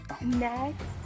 next